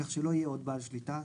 כך שלא יהיה עוד בעל שליטה.